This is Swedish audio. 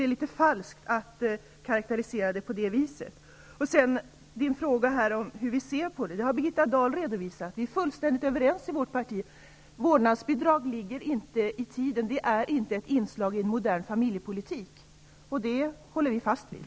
Det är litet falskt att karakterisera det på det sätt som har gjorts. Hur vi ser på det har Birgitta Dahl redovisat. Vi i vårt parti är fullständigt överens. Vårdnadsbidrag ligger inte i tiden. Det är inte ett inslag i en modern familjepolitik. Det håller vi fast vid.